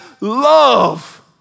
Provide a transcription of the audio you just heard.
love